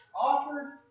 offered